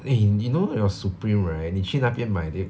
eh you know your Supreme right 你去那边买对